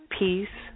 peace